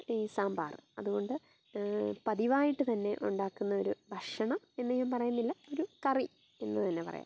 ഈ സാമ്പാർ അത് കൊണ്ട് പതിവായിട്ട് തന്നെ ഉണ്ടാക്കുന്ന ഒരു ഭക്ഷണം എന്ന് ഞാൻ പറയുന്നില്ല ഒരു കറി എന്ന് തന്നെ പറയാം